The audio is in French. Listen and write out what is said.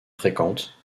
fréquentes